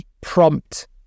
prompt